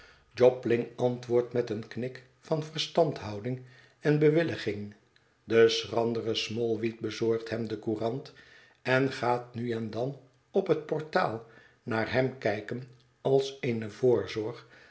jobling antwoordt met een knik van verstandhouding en bewilliging de schrandere smallweed bezorgt hem de courant en gaat nu en dan op het portaal naar hem kijken als eene voorzorg